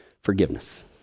forgiveness